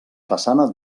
façana